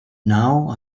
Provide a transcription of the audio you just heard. now